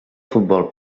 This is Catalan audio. futbol